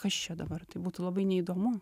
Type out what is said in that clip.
kas čia dabar tai būtų labai neįdomu